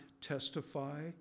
testify